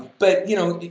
but you know,